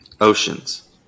Oceans